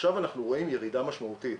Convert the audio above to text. עכשיו אנחנו רואים ירידה משמעותית.